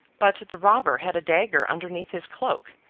but the robber had a dagger underneath his cloak,